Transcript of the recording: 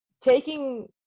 taking